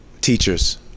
Teachers